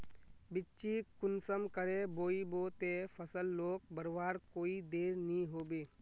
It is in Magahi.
बिच्चिक कुंसम करे बोई बो ते फसल लोक बढ़वार कोई देर नी होबे?